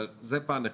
זה פן אחד.